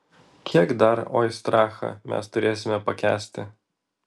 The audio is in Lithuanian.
kiek dar oistrachą mes turėsime pakęsti